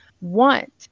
want